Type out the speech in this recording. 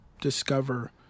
discover